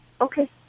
Okay